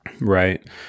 Right